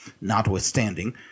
notwithstanding